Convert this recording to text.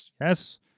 yes